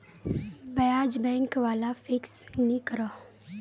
ब्याज़ बैंक वाला फिक्स नि करोह